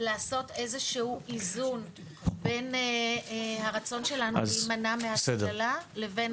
לעשות איזשהו איזון בין הרצון שלנו להימנע --- לבין